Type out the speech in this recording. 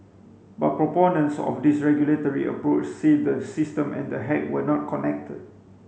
but proponents of this regulatory approach say the system and the hack were not connected